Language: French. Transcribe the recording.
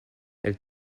elle